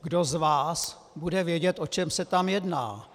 Kdo z vás bude vědět, o čem se tam jedná?